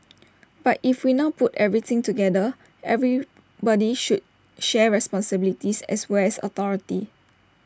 but if we now put everything together everybody should share responsibilities as well as authority